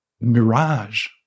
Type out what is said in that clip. mirage